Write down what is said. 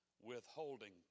withholding